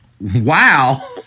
Wow